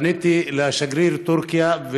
פניתי לשגריר טורקיה,